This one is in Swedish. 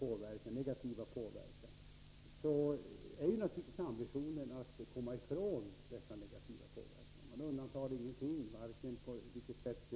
Man undantar ingenting — rostangrepp, på vilket sätt saltet negativt kan påverka miljön, osv. Helt klart är att ambitionen är att försöka klara alla dessa negativa effekter.